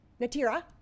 Natira